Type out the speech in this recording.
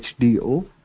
HDO